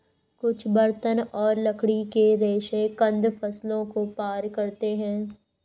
कुछ बर्तन और लकड़ी के रेशे कंद फसलों को पार करते है